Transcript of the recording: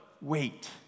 Wait